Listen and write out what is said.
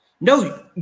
No